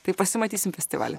tai pasimatysim festivaly